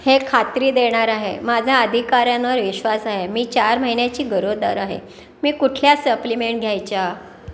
हे खात्री देणार आहे माझा अधिकाऱ्यांवर विश्वास आहे मी चार महिन्याची गरोदर आहे मी कुठल्या सप्लिमेंट घ्यायच्या